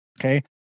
Okay